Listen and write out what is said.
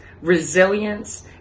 resilience